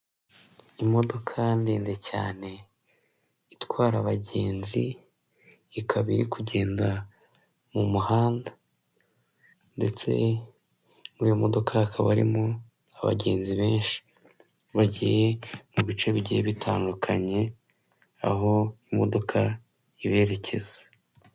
Imodoka ndende cyane itwara abagenzi, ikaba iri kugenda mu muhanda ndetse muri iyo modoka hakaba arimo abagenzi benshi, bagiye mu bice bigiye bitandukanye aho imodoka iberekeza.